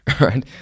Right